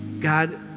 God